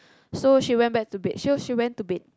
so she went back to bed so she went to bed